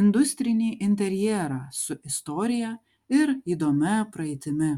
industrinį interjerą su istorija ir įdomia praeitimi